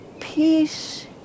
peace